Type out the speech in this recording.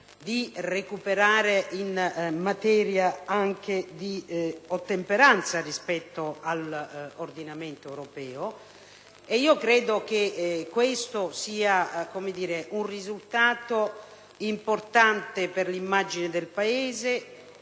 e anche in materia di ottemperanza rispetto all'ordinamento europeo. Credo che sia un risultato importante per l'immagine del Paese